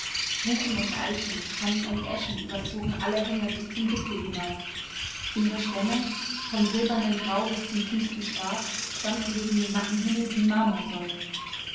buchen und eichen tannen und eschen überzogen alle hänge bis zum gipfel hinauf ihre stämme vom silbernen grau bis zum tiefsten schwarz standen gegen den matten himmel wie marmorsäulen